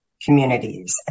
communities